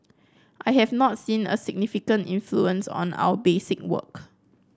I have not seen a significant influence on our basic work